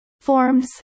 Forms